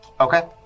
Okay